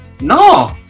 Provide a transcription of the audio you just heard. no